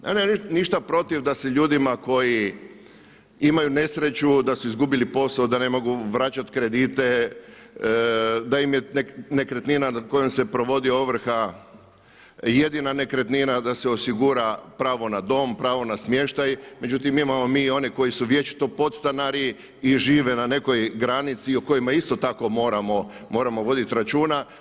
Nemam ja ništa protiv da se ljudima koji imaju nesreću da su izgubili posao, da ne mogu vraćati kredite da im je nekretnina nad kojom im provodi ovrha jedina nekretnina, da se osigura pravo na dom, pravo na smještaj, međutim imamo mi i one koji su vječito podstanari i žive na nekoj granici o kojima isto tako moramo voditi računa.